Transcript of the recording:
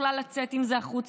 בכלל לצאת עם זה החוצה,